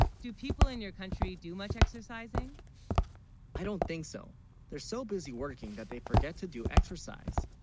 do people in your country do much exercising i don't think so they're so busy working that they forget to do exercise